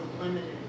limited